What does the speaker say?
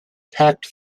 packed